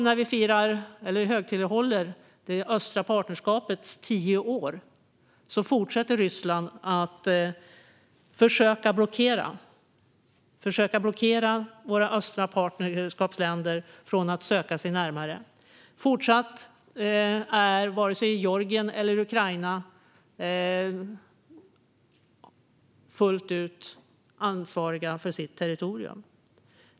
När vi i år högtidlighåller det östliga partnerskapets tio år fortsätter Ryssland att försöka blockera våra östliga partnerskapsländer från att söka sig närmare. Fortsatt är varken Georgien eller Ukraina fullt ut ansvarigt för sitt territorium.